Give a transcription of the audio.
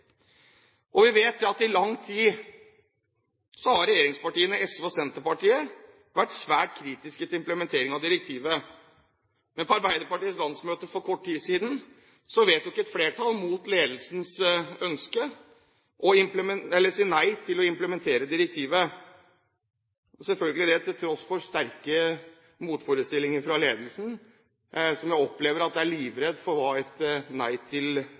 Vi vet at i lang tid har regjeringspartiene SV og Senterpartiet vært svært kritiske til implementering av direktivet, men på Arbeiderpartiets landsmøte for kort tid siden vedtok et flertall, mot ledelsens ønske, å si nei til å implementere direktivet – det selvfølgelig til tross for sterke motforestillinger fra ledelsen, som jeg opplever er livredde for hva et nei til